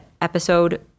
episode